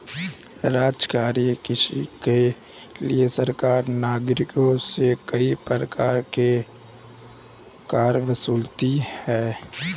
राजकीय कोष के लिए सरकार नागरिकों से कई प्रकार के कर वसूलती है